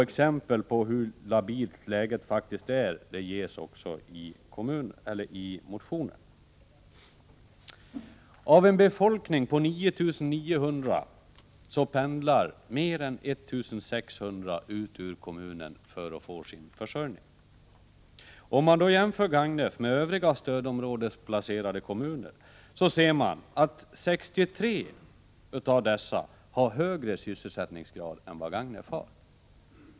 Exempel på hur labilt läget faktiskt är ges också i motionen. Av en befolkning på 9 900 personer pendlar mer än 1 600 ut ur kommunen för att få sin försörjning. Om man jämför Gagnef med övriga stödområdesplacerade kommuner ser man att 63 av dessa har högre sysselsättningsgrad än Gagnef.